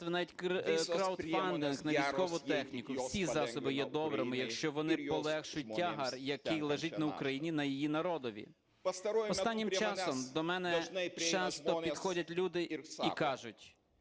навіть краудфандинг на військову техніку, всі засоби є добрими, якщо вони полегшують тягар, який лежить на Україні і на її народові. Останнім часом до мене часто підходять люди і кажуть: